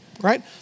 Right